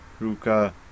Ruka